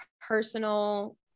personal